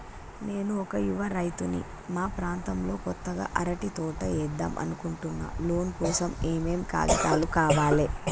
నేను ఒక యువ రైతుని మా ప్రాంతంలో కొత్తగా అరటి తోట ఏద్దం అనుకుంటున్నా లోన్ కోసం ఏం ఏం కాగితాలు కావాలే?